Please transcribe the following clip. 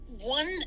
one